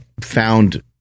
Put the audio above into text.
found